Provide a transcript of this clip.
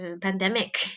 pandemic